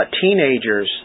teenagers